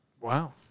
Wow